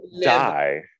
die